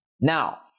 Now